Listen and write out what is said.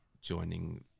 joining